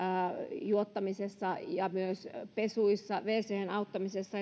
juottamisessa ja myös pesuissa wchen auttamisessa